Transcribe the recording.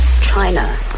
China